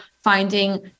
finding